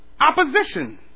opposition